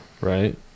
right